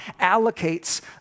allocates